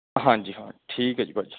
ਹਾਂਜੀ ਹਾਂ ਠੀਕ ਹੈ ਜੀ ਭਾਅ ਜੀ